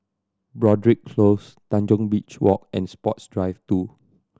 Broadrick Close Tanjong Beach Walk and Sports Drive Two